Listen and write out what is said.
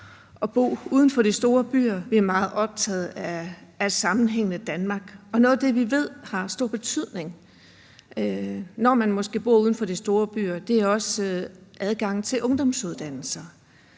at bo uden for de store byer; vi er meget optaget af et sammenhængende Danmark. Og noget af det, vi ved har stor betydning, når man måske bor uden for de store byer, er adgangen til ungdomsuddannelser.